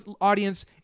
audience